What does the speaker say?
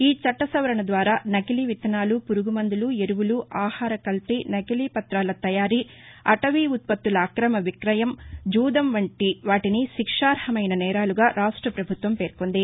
ఈ చట్ల సవరణ ద్వారా నకిలీ విత్తనాలు పురుగుమందులు ఎరువులు ఆహార కల్తీ నకిలీ పత్తాల తయారీ అటవీ ఉ త్పత్తుల అక్రమ విక్రయం జూదం వంటివాటిని శిక్షార్హమైన నేరాలుగా రాష్ట ప్రభుత్వం పేర్కొంది